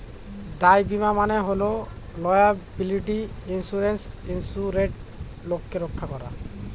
দায় বীমা মানে হল লায়াবিলিটি ইন্সুরেন্সে ইন্সুরেড লোককে রক্ষা করা